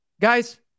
Guys